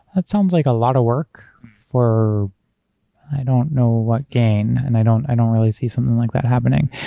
that sounds like a lot of work for i don't know what gain, and i don't i don't really see something like that happening.